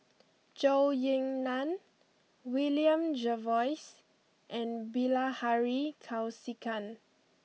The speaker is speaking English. Zhou Ying Nan William Jervois and Bilahari Kausikan